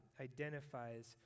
identifies